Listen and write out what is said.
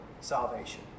salvation